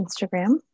Instagram